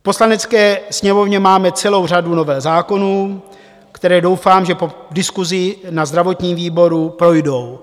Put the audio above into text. V Poslanecké sněmovně máme celou řadu novel zákonů, které doufám, že po diskusi na zdravotním výboru projdou.